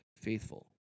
faithful